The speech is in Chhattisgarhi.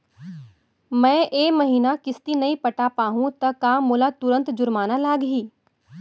मैं ए महीना किस्ती नई पटा पाहू त का मोला तुरंत जुर्माना लागही?